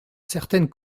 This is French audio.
certaines